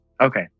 Okay